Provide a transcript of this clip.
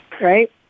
right